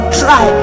try